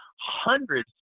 hundreds